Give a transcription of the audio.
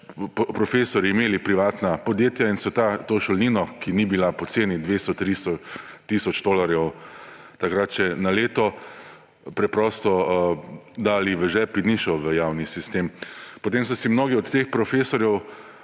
profesorji imeli privatna podjetja in so to šolnino, ki ni bila poceni – 200, 300 tisoč tolarjev takrat še na leto –, preprosto dali v žep in ni šla v javni sistem. Potem so si mnogo od teh profesorje